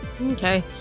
Okay